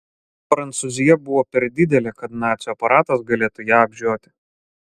prancūzija buvo per didelė kad nacių aparatas galėtų ją apžioti